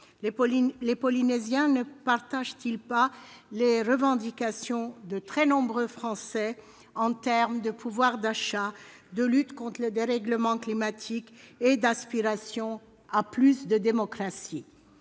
Les Polynésiens ne partagent-ils pas les revendications de très nombreux Français en termes de pouvoir d'achat, de lutte contre le dérèglement climatique et d'aspiration à plus de démocratie ?